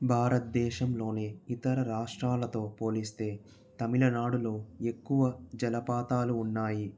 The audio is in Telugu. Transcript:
భారతదేశంలోని ఇతర రాష్ట్రాలతో పోలిస్తే తమిళనాడులో ఎక్కువ జలపాతాలు ఉన్నాయి